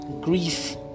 grief